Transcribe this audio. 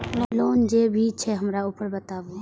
Loan जे भी छे हमरा ऊपर बताबू?